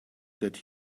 that